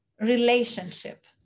relationship